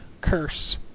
Curse